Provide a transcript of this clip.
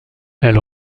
elle